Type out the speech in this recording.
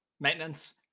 maintenance